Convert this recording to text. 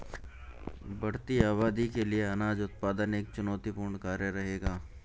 बढ़ती आबादी के लिए अनाज उत्पादन एक चुनौतीपूर्ण कार्य रहेगा